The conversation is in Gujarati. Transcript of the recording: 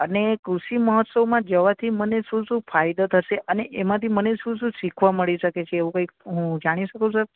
અને કૃષિ મહોત્સવમાં જવાથી મને શું શું ફાયદો થશે અને એમાંથી મને શું શું સીખવા મળી શકે છે એવું કાંઈક હું જાણી શકું સર